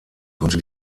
konnte